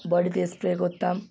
বডিতে স্প্রে করতাম